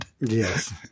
Yes